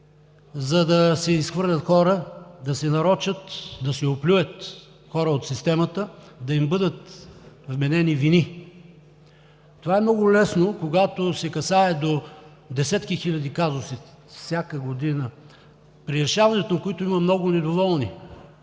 за да се изхвърлят хора, да се нарочат, да се оплюят хора от системата, да им бъдат вменени вини. Това е много лесно, когато се касае за десетки хиляди казуси всяка година, при решаването на които има много недоволни.